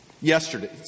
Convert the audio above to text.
yesterday